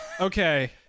Okay